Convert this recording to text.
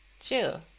chill